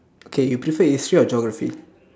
okay you prefer history or geography